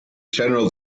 general